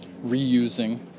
reusing